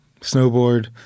snowboard